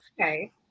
Okay